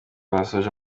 basoje